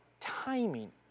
timing